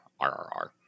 RRR